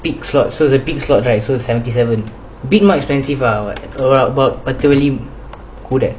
peak slots so the peak slot right so seventy seven peak more expensive for hour பத்து வாட்டி கூட:pathu vaati kooda